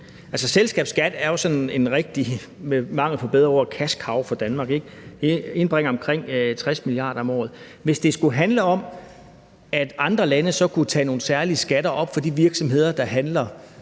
ord – sådan en rigtig cashcow for Danmark; den indbringer omkring 60 mia. om året. Hvis det skulle handle om, at andre lande så kunne tage nogle særlige skatter fra de virksomheder, der handler